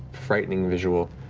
frightening, visual.